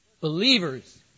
believers